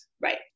right